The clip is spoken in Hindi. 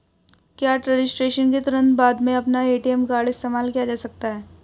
क्या रजिस्ट्रेशन के तुरंत बाद में अपना ए.टी.एम कार्ड इस्तेमाल किया जा सकता है?